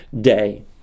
day